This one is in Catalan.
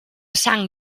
sant